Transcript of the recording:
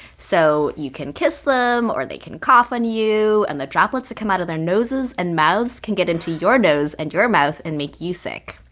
so you can kiss them or they can cough on you, and the droplets that come out of their noses and mouths can get into your nose and your mouth and make you sick.